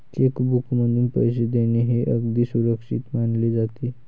check बुकमधून पैसे देणे हे अगदी सुरक्षित मानले जाते